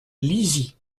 lizy